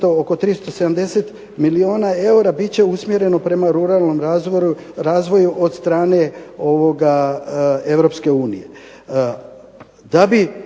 preko 370 milijuna eura bit će usmjereno prema ruralnom razvoju od strane Europske unije.